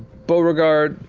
beauregard,